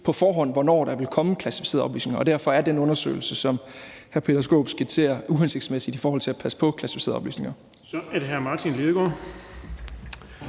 på forhånd at vide, hvornår der vil komme kvalificerede oplysninger. Og derfor er den undersøgelse, som hr. Peter Skaarup skitserer, uhensigtsmæssig i forhold til at passe på kvalificerede oplysninger. Kl. 16:43 Den fg.